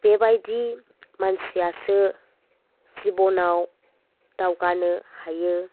बेबायदि मानसियासो जिबनाव दावगानो हायो